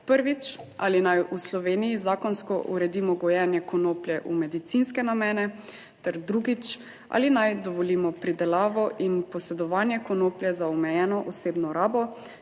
prvič, ali naj v Sloveniji zakonsko uredimo gojenje konoplje v medicinske namene, ter drugič, ali naj dovolimo pridelavo in posedovanje konoplje za omejeno osebno rabo,